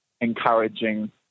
encouraging